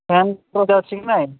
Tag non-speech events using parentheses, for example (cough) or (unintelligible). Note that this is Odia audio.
ଫ୍ୟାନ୍ (unintelligible) ଅଛି କି ନାଇ